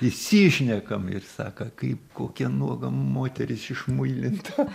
išsišnekam ir sako kaip kokia nuoga moteris išmuilinta